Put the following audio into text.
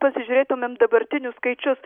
pasižiūrėtumėm dabartinius skaičius